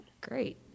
Great